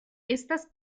estas